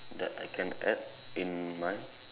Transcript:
that I can add in my